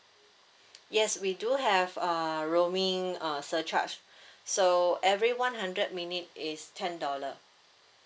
yes we do have uh roaming uh surcharge so every one hundred minute is ten dollar